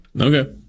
Okay